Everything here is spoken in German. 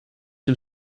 den